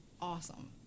awesome